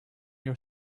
your